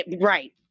right